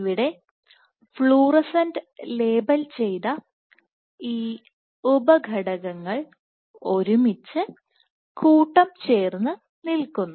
ഇവിടെ fluorescent label ചെയ്ത ഉപഘടകങ്ങൾ ഒരുമിച്ച് കൂട്ടം ചേർന്ന് നിൽക്കുന്നു